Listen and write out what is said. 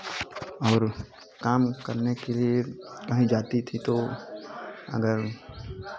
और काम करने के लिए कहीं जाती थी तो अगर